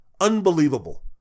unbelievable